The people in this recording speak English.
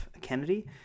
Kennedy